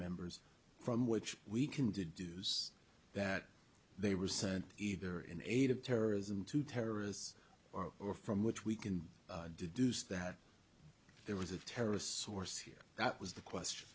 members from which we can deduce that they were sent either in aid of terrorism to terrorists or or from which we can deduce that there was a terrorist source here that was the question